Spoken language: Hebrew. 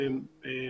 אנחנו